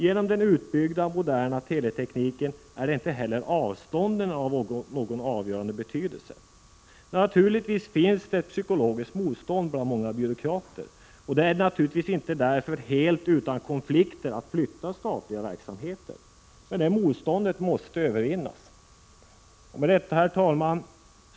Genom den utbyggda, moderna teletekniken är inte heller avstånden av någon avgörande betydelse. Naturligtvis finns det ett psykologiskt motstånd bland många byråkrater. Det är därför inte helt utan konflikter att flytta statliga verksamheter. Men det motståndet måste övervinnas. Herr talman!